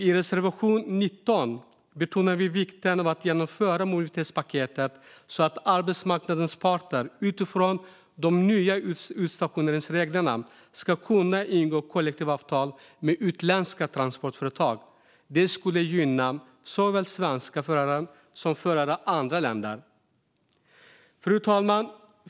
I reservation 19 betonar vi vikten av att genomföra mobilitetspaketet så att arbetsmarknadens parter utifrån de nya utstationeringsreglerna ska kunna ingå kollektivavtal med utländska transportföretag. Det skulle gynna såväl svenska förare som förare från andra länder. Fru talman!